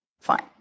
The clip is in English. Fine